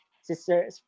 sister